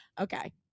okay